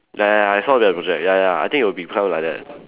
ya ya I saw the project ya ya I think it'll be become like that